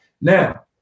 Now